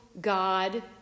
God